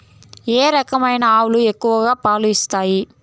ఏ రకమైన ఆవులు ఎక్కువగా పాలు ఇస్తాయి?